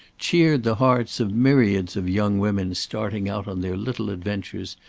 cheered the hearts of myriads of young women starting out on their little adventures,